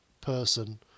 person